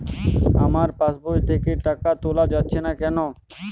আমার পাসবই থেকে টাকা তোলা যাচ্ছে না কেনো?